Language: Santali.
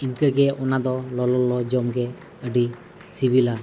ᱤᱱᱠᱟᱹᱜᱮ ᱚᱱᱟᱫᱚ ᱞᱚᱞᱚ ᱡᱚᱢᱜᱮ ᱟᱹᱰᱤ ᱥᱤᱵᱤᱞᱟ